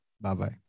bye-bye